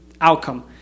outcome